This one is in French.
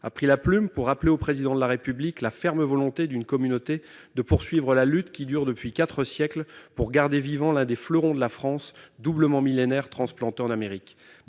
a pris la plume pour rappeler au Président de la République « la ferme volonté d'une communauté de poursuivre la lutte qui dure depuis quatre siècles pour garder vivant l'un des fleurons de la France doublement millénaire transplanté en Amérique